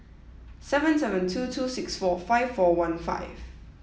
seven seven two two six four five four one five